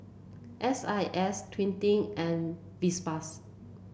S I S Twining and Vespas